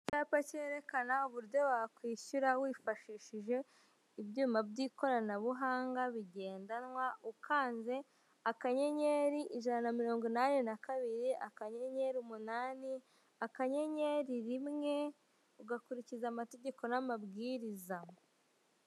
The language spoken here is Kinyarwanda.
Icyapa cyerekana uburyo wakwishyura wifashishije ibyuma by'ikoranabuhanga bigendanwa, ukanze akanyenyeri, ijana na mirongo inane na kabiri, akanyenyeri umunani, akanyenyeri rimwe, ugakurikiza amategeko n'amabwiriza.